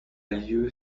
lieu